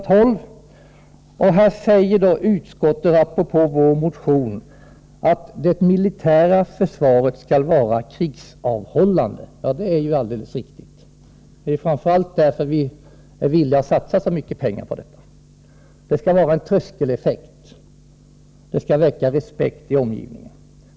12i betänkandet uttalar utskottet apropå vår motion, att det militära försvaret skall vara krigsavhållande. Ja, det är alldeles riktigt. Det är framför allt därför vi är villiga att satsa så mycket pengar på försvaret. Det skall ha en tröskeleffekt. Det skall väcka respekt i omgivningen.